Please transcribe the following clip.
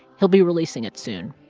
he'll be releasing it soon.